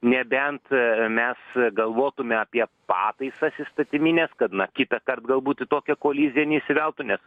nebent mes galvotume apie pataisas įstatymines kad na kitąkart galbūt į tokią koliziją neįsiveltų nes